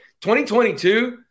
2022